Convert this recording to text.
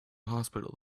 hospital